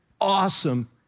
awesome